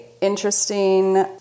interesting